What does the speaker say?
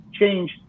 change